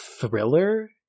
thriller